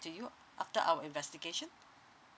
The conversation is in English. to you after our investigation